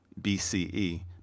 BCE